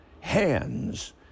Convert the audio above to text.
hands